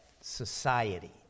society